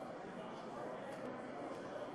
שאני עוקבת אחריה בעניין רב.